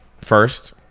first